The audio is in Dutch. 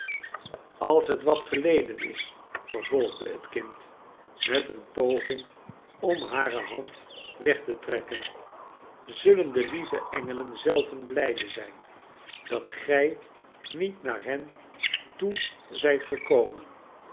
als het wat geleden is vervolgde het kind met eene poging om hare hand weg te trekken zullen de lieve engelen zelven blijde zijn dat gij niet naar hen toe zijt gekomen